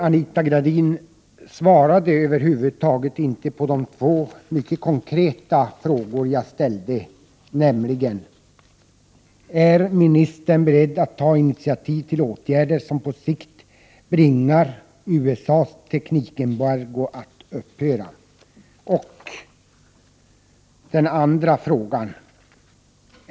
Anita Gradin svarade över huvud taget inte på de båda mycket konkreta frågor som jag ställde, nämligen: Är ministern beredd att ta initiativ till åtgärder som på sikt innebär att man bringar USA att upphöra med sitt teknikembargo?